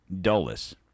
Dulles